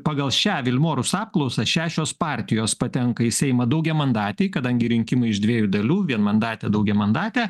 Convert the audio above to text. pagal šią vilmorus apklausą šešios partijos patenka į seimą daugiamandatėj kadangi rinkimai iš dviejų dalių vienmandatė daugiamandatė